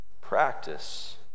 practice